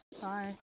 Bye